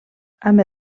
amb